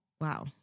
Wow